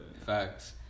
facts